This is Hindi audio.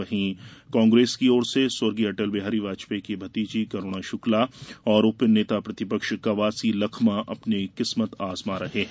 वहीं कांग्रेस की ओर से स्वर्गीय अटल बिहारी वाजपेयी की भतीजी करूणा शुक्ला और उपनेता प्रतिपक्ष कवासी लखमा अपने किस्मत आजमा रहे हैं